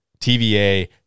TVA